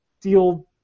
deal